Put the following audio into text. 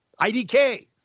IDK